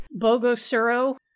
Bogosuro